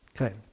Okay